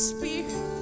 Spirit